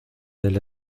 del